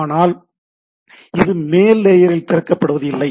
ஆனால் இது மேல் லேயரில் திறக்கப்படுவது இல்லை